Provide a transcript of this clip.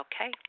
Okay